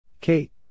Kate